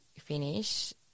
finish